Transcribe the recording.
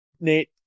Nate